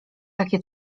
takie